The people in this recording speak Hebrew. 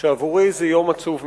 שעבורי זה יום עצוב מאוד.